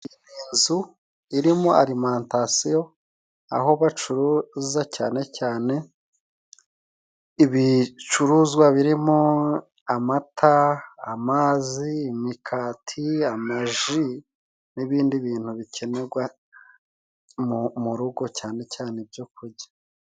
Inzu irimo alimantasiyo, aho bacuruza cyane cyane ibicuruzwa birimo: amata, amazi, imikati, amaji n'ibindi bintu bikenerwa mu rugo cyane cyane ibyo kurya.